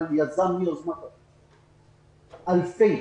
יזם אלפי